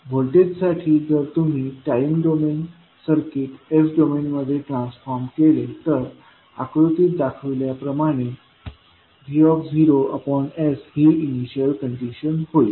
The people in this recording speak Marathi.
व्होल्टेजसाठी जर तुम्ही टाईम डोमेन सर्किट s डोमेनमध्ये ट्रान्सफॉर्म केले तर आकृतीत दर्शविल्याप्रमाणे vsही इनिशियल कंडीशन होईल